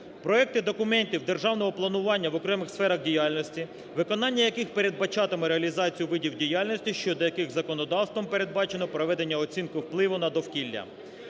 проекти документів державного планування в окремих сферах діяльності, виконання яких передбачатиме реалізацію видів діяльності, щодо яких законодавством передбачено проведення оцінки впливу на довкілля.